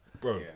Bro